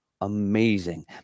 amazing